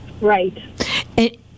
Right